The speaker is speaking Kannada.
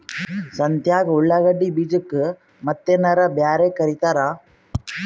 ಸಂತ್ಯಾಗ ಉಳ್ಳಾಗಡ್ಡಿ ಬೀಜಕ್ಕ ಮತ್ತೇನರ ಬ್ಯಾರೆ ಕರಿತಾರ?